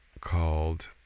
Called